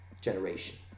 generation